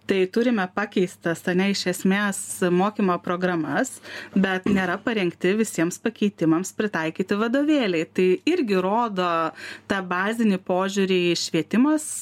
tai turime pakeistas ane iš esmės mokymo programas bet nėra parengti visiems pakeitimams pritaikyti vadovėliai tai irgi rodo tą bazinį požiūrį į švietimas